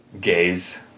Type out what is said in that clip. gays